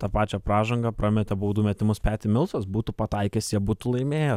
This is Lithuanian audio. tą pačią pražangą prametė baudų metimus petį milsas būtų pataikęs jie būtų laimėję